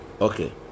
Okay